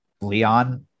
leon